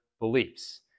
beliefs